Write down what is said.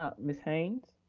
ah ms. haynes.